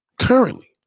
Currently